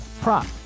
prop